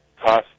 cost